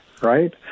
right